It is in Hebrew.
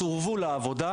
77 עובדים סורבו לעבודה.